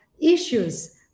issues